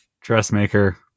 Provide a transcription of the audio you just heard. dressmaker